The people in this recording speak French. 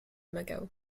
macao